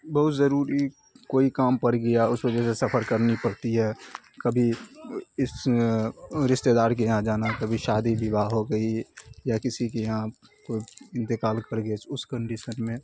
بہت ضروری کوئی کام پڑ گیا اس وجہ سے سفر کرنی پڑتی ہے کبھی اس رشتےدار کے یہاں جانا کبھی شادی وواہ ہو گئی یا کسی کے یہاں کوئی انتقال کر گیا اس کنڈیشن میں